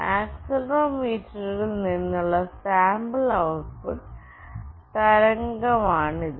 ആക്സിലറോമീറ്ററിൽ നിന്നുള്ള sample output തരംഗമാണിത്